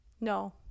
No